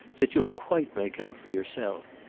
that you'll quite make out for yourself.